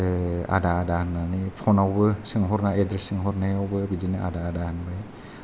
आदा आदा होननानै फनावबो सोंहरनाय एद्रेस सोंहरनायावबो बिदिनो आदा आदा होनबाय